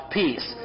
peace